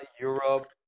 Europe